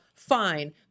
fine